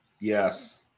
Yes